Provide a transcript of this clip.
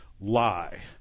lie